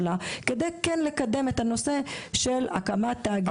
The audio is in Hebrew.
כדי לקדם את הנושא של הקמת תאגידים למחליפים.